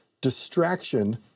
distraction